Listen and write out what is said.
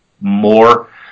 more